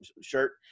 shirt